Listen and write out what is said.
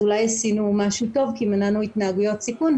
אז אולי עשינו משהו טוב כי מנענו התנהגויות סיכון.